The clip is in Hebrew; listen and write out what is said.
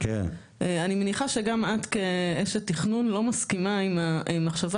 אני מניחה שגם את כאשת תכנון לא מסכימה עם המחשבה